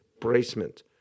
bracement